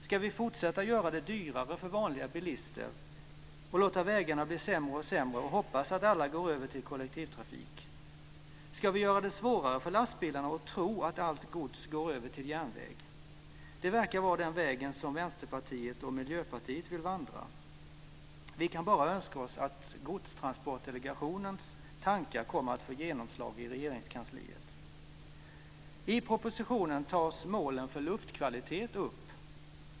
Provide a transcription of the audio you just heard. Ska vi fortsätta att göra det dyrare för vanliga bilister, låta vägarna bli sämre och sämre och hoppas att alla går över till kollektivtrafik? Ska vi göra det svårare för lastbilarna och tro att allt gods går över till järnväg? Det verkar vara den vägen som Vänsterpartiet och Miljöpartiet vill vandra. Vi kan bara önska oss att Godstransportdelegationens tankar kommer att få genomslag i Regeringskansliet. I propositionen tas målen för luftkvalitet upp.